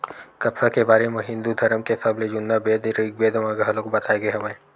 कपसा के बारे म हिंदू धरम के सबले जुन्ना बेद ऋगबेद म घलोक बताए गे हवय